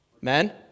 Men